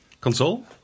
Console